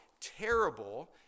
terrible